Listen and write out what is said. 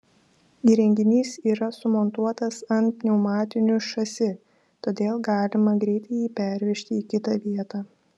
įrenginys yra sumontuotas ant pneumatinių šasi todėl galima greitai jį pervežti į kitą vietą